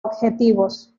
objetivos